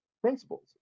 principles